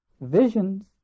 Visions